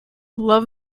love